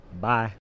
bye